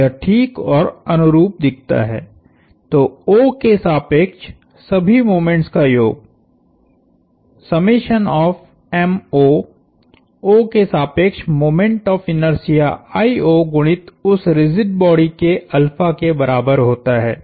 यह ठीक और अनुरूप दिखता है तो O के सापेक्ष सभी मोमेंट्स का योग O के सापेक्ष मोमेंट ऑफ़ इनर्शिया गुणित उस रिजिड बॉडी के के बराबर होता है